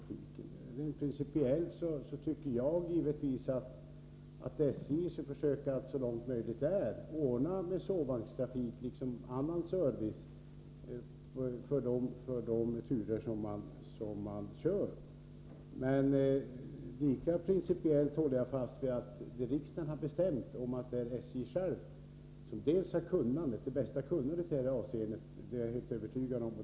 Rent principiellt tycker jag givetvis att SJ skall försöka så långt möjligt ordna med sovvagnstrafik liksom annan service för de sträckor som SJ kör. Lika principiellt håller jag fast vid det riksdagen har beslutat, nämligen att det är SJ som självständigt får bestämma. SJ har ju det bästa kunnandet i det här avseendet — det är jag helt övertygad om.